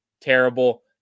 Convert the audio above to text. Terrible